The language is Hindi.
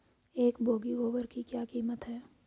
एक बोगी गोबर की क्या कीमत है?